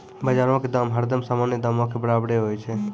बजारो के दाम हरदम सामान्य दामो के बराबरे होय छै